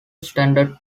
extended